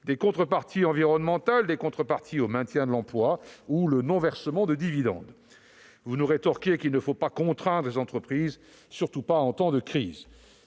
des contreparties environnementales, des contreparties au maintien de l'emploi ou le non-versement de dividendes. Vous nous rétorquez qu'il ne faut pas contraindre les entreprises, surtout en temps de crise.